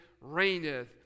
reigneth